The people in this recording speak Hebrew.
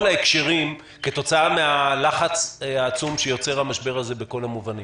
ההקשרים כתוצאה מן הלחץ העצום שיוצר המשבר הזה בכל המובנים?